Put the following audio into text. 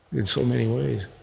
in so many ways